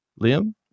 liam